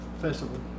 festival